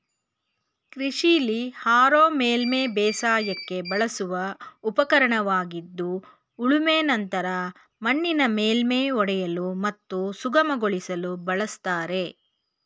ಕೃಷಿಲಿ ಹಾರೋ ಮೇಲ್ಮೈ ಬೇಸಾಯಕ್ಕೆ ಬಳಸುವ ಉಪಕರಣವಾಗಿದ್ದು ಉಳುಮೆ ನಂತರ ಮಣ್ಣಿನ ಮೇಲ್ಮೈ ಒಡೆಯಲು ಮತ್ತು ಸುಗಮಗೊಳಿಸಲು ಬಳಸ್ತಾರೆ